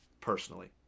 personally